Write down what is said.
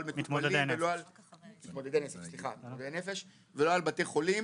ולא על בתי חולים.